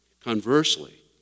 Conversely